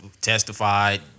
testified